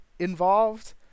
involved